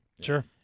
Sure